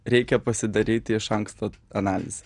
reikia pasidaryti iš anksto analizę